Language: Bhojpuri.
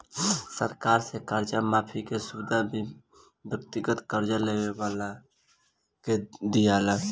सरकार से कर्जा माफी के सुविधा भी व्यक्तिगत कर्जा लेवे वाला के दीआला